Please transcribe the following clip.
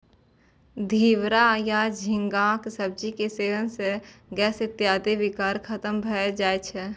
घिवरा या झींगाक सब्जी के सेवन सं गैस इत्यादिक विकार खत्म भए जाए छै